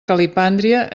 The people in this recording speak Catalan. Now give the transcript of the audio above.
calipàndria